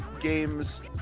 games